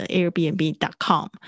Airbnb.com